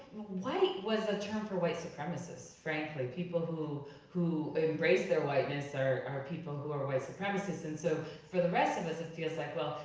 white was a term for white supremacist, frankly. people who who embrace their whiteness are are people who are white supremacists and so for the rest of us it feels like well,